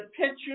picture